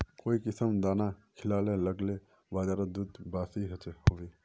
काई किसम दाना खिलाले लगते बजारोत दूध बासी होवे?